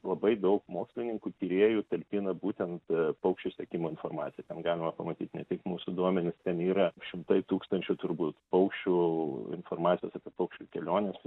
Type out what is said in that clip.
labai daug mokslininkų tyrėjų talpina būtent paukščių sekimo informaciją ten galima pamatyt ne tik mūsų duomenis ten yra šimtai tūkstančių turbūt paukščių informacijos apie paukščių keliones